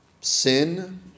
Sin